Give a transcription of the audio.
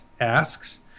asks